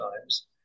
times